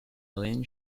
alien